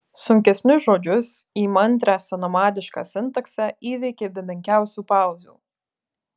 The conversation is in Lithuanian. sunkesnius žodžius įmantrią senamadišką sintaksę įveikė be menkiausių pauzių